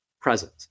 present